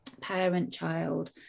parent-child